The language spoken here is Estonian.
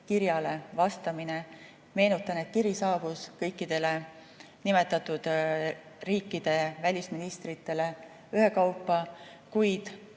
kirjale vastamine. Meenutan, et kiri saabus kõikidele nimetatud riikide välisministritele ühekaupa, kuid